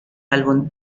álbum